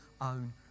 own